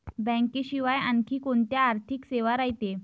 बँकेशिवाय आनखी कोंत्या आर्थिक सेवा रायते?